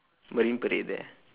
marine parade there